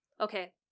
Okay